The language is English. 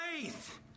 faith